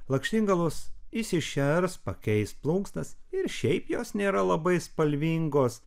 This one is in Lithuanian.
lakštingalos išsišers pakeis plunksnas ir šiaip jos nėra labai spalvingos